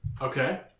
Okay